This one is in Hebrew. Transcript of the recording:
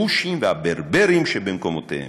הכושים והברברים שבמקומותיהם.